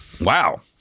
Wow